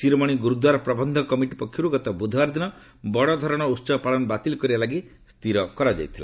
Shiromani Gurdwara Parbandhak committee ପକ୍ଷରୁ ଗତ ବୁଧବାର ଦିନ ବଡ଼ଧରଣର ଉତ୍ସବ ପାଳନ ବାତିଲ କରିବା ଲାଗି ସ୍ଥିର କରାଯାଇଥିଲା